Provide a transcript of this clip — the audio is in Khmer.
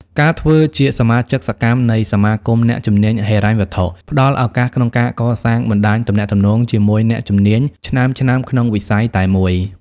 ការធ្វើជាសមាជិកសកម្មនៃសមាគមអ្នកជំនាញហិរញ្ញវត្ថុ ផ្ដល់ឱកាសក្នុងការកសាងបណ្ដាញទំនាក់ទំនងជាមួយអ្នកជំនាញឆ្នើមៗក្នុងវិស័យតែមួយ។